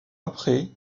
après